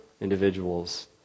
individuals